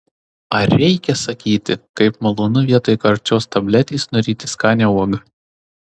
ar reikia sakyti kaip malonu vietoj karčios tabletės nuryti skanią uogą